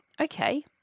okay